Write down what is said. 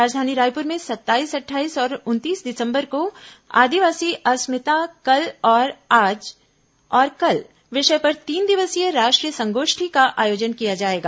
राजधानी रायपुर में सत्ताईस अट्ठाईस और उनतीस दिसंबर को आदिवासी अस्मिताः कल आज और कल विषय पर तीन दिवसीय राष्ट्रीय संगोष्ठी का आयोजन किया जाएगा